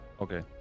okay